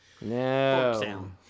No